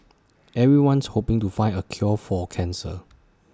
everyone's hoping to find A cure for cancer